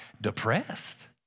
depressed